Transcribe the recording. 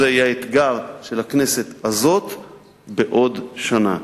זה יהיה האתגר של הכנסת הזאת בעוד שנה.